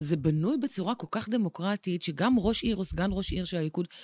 זה בנוי בצורה כל כך דמוקרטית, שגם ראש עיר, או סגן ראש עיר של הליכוד...